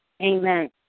Amen